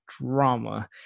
drama